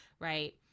right